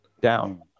Down